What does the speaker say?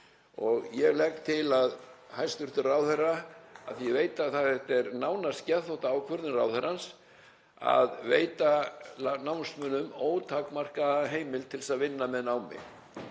að ég legg til að hæstv. ráðherra, af því að ég veit að þetta er nánast geðþóttaákvörðun ráðherrans, veiti námsmönnum ótakmarkaða heimild til að vinna með námi.